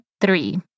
three